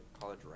college